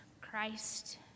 Christ